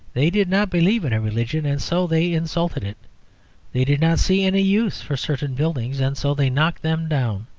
they did not believe in a religion, and so they insulted it they did not see any use for certain buildings, and so they knocked them down.